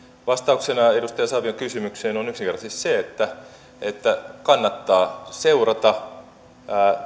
vastaus edustaja savion kysymykseen on yksinkertaisesti se että että kannattaa seurata